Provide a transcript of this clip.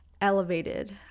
elevated